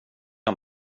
jag